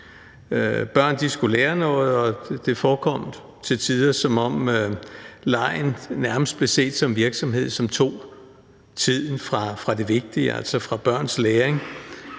Børn skulle lære noget, og det virkede til tider, som om legen nærmest blev set som virksomhed, som tog tiden fra det vigtige, altså fra børns læring.